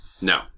No